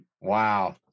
Wow